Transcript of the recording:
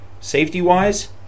safety-wise